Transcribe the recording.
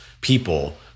people